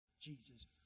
Jesus